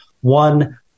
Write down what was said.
one